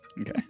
Okay